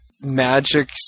magic